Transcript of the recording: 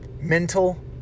mental